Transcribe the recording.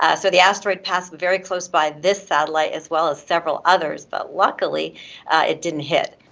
ah so the asteroid passed very close by this satellite as well as several others, but luckily it didn't hit.